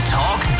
talk